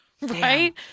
right